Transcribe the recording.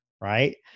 right